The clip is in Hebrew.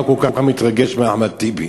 מה הוא כל כך מתרגש מאחמד טיבי.